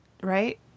right